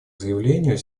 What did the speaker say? заявлению